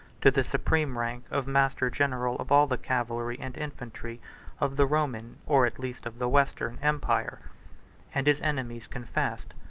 to the supreme rank of master-general of all the cavalry and infantry of the roman, or at least of the western, empire and his enemies confessed,